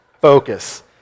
Focus